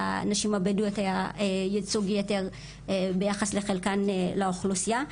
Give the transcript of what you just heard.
לנשים הבדואיות היה ייצוג יתר ביחס לחלקן לאוכלוסייה.